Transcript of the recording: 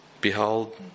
Behold